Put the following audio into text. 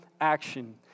action